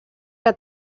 que